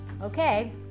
Okay